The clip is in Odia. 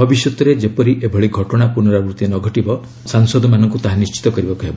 ଭବିଷ୍ୟତରେ ଯେପରି ଏଭଳି ଘଟଣାର ପୁନରାବୃତ୍ତି ନ ଘଟିବ ସାଂସଦମାନଙ୍କୁ ତାହା ନିଶ୍ଚିତ କରିବାକୁ ହେବ